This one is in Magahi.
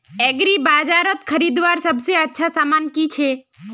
एग्रीबाजारोत खरीदवार सबसे अच्छा सामान की छे?